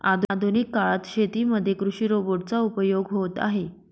आधुनिक काळात शेतीमध्ये कृषि रोबोट चा उपयोग होत आहे